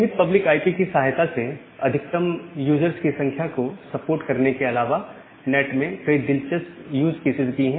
सीमित public IP की सहायता से अधिकतम यूजर्स की संख्या को सपोर्ट करने के अलावा नैट में कई दिलचस्प यूज़ कैसेज भी हैं